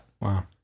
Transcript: Wow